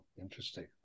interesting